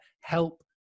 help